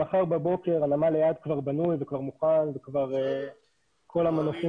נמל אילת כבר בנוי וכבר מוכן וכל המנופים